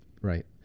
Right